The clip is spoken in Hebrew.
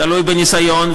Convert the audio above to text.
תלוי בניסיון,